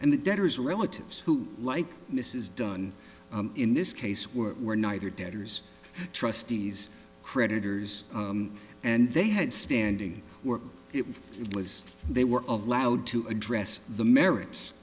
and the debtors relatives who like mrs dunn in this case were neither debtors trustees creditors and they had standing work it was they were allowed to address the merits